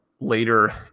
later